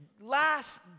last